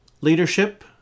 leadership